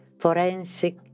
forensic